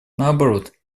наоборот